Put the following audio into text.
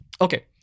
okay